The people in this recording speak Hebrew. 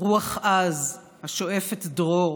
רוח עז השואפת דרור,